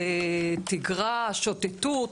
תגרה, שוטטות.